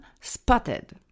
spotted